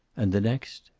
and the next,